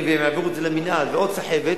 והם יעבירו את זה למינהל ועוד סחבת,